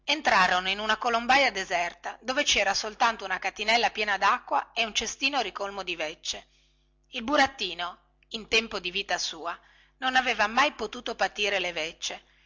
entrarono in una colombaia deserta dove cera soltanto una catinella piena dacqua e un cestino ricolmo di veccie il burattino in tempo di vita sua non aveva mai potuto patire le veccie